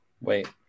Wait